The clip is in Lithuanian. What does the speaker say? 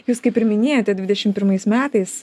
jūs kaip ir minėjote dvidešimt pirmais metais